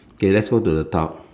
okay let's go to the top